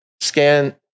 scan